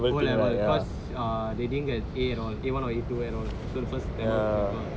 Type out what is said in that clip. O level because ah they didn't get A at all A one or A two at all so the first tamil paper